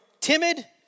timid